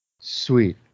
Sweet